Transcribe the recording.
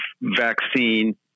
vaccine